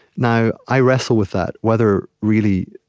now, i wrestle with that, whether, really,